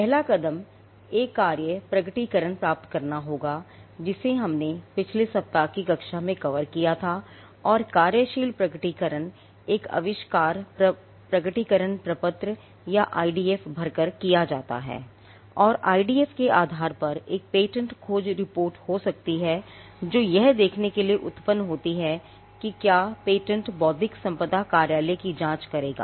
पहला कदम एक कार्य प्रकटीकरण प्राप्त करना होगा जिसे हमने पिछले सप्ताह की कक्षा में कवर किया था और कार्यशील प्रकटीकरण एक आविष्कार प्रकटीकरण प्रपत्र या आईडीएफ भरकर किया जाता है और आईडीएफ के आधार पर एक पेटेंट खोज रिपोर्ट हो सकती है जो यह देखने के लिए उत्पन्न होती है क्या पेटेंट बौद्धिक संपदा कार्यालय की जांच करेगा